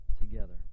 together